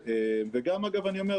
ואני אומר,